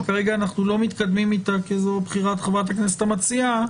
שכרגע אנחנו לא מתקדמים אתה כי זו בחירת חברת הכנסת המציעה